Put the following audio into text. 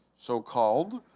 so-called,